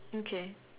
okay